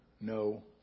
no